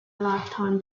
lifetime